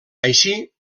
així